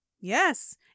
Yes